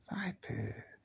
Viper